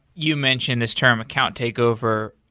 you mentioned this term account takeover.